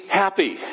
happy